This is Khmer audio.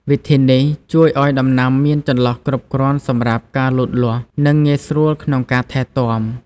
វិធីនេះជួយឱ្យដំណាំមានចន្លោះគ្រប់គ្រាន់សម្រាប់ការលូតលាស់ និងងាយស្រួលក្នុងការថែទាំ។